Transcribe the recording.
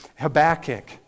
Habakkuk